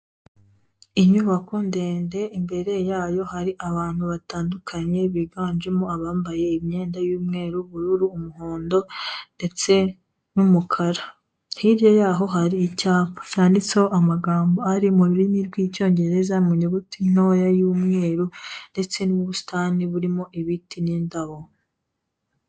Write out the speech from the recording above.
Inyubako ndende imbere yayo hari abantu batandukanye biganjemo abambaye imyenda y'umweru, ubururu, umuhondo ndetse n'umukara, hirya yaho hari icyapa cyanditseho amagambo ari mu rurimi rw'Icyongereza mu nyuguti ntoya y'umweru ndetse n'ubusitani burimo ibiti n'indabo.